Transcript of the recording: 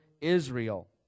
Israel